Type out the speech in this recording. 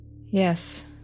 Yes